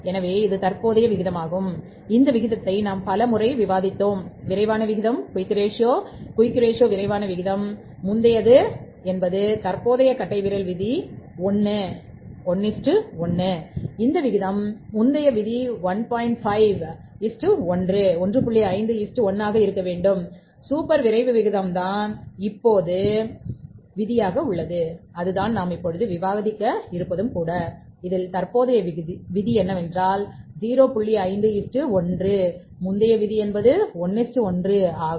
எனவே இது தற்போதைய விகிதமாகும் இந்த விகிதத்தை நாம் பல முறை விவாதித்தோம்விரைவான விகிதம் ஆகும்